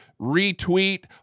retweet